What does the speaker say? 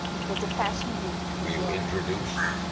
it was a fashion week. were you introduced?